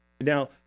Now